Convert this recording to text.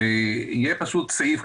שיהיה פשוט סעיף,